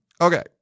Okay